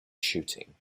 shooting